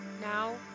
now